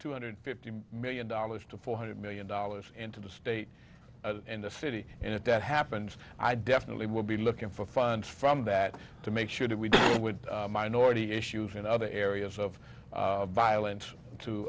two hundred fifty million dollars to four hundred million dollars into the state and the city and if that happens i definitely will be looking for funds from that to make sure that we deal with minority issues in other areas of violence to